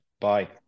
Bye